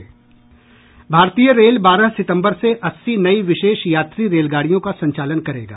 भारतीय रेल बारह सितंबर से अस्सी नई विशेष यात्री रेलगाडियों का संचालन करेगा